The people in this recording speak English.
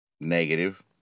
negative